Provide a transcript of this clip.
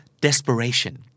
desperation